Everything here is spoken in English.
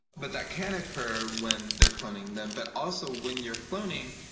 but that can occur when they're cloning them, but also when you're cloning,